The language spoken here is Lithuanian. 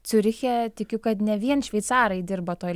ciuriche tikiu kad ne vien šveicarai dirba toj